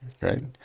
right